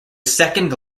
second